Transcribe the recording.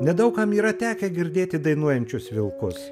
nedaug kam yra tekę girdėti dainuojančius vilkus